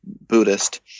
Buddhist